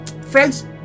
friends